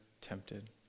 tempted